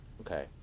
Okay